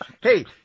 hey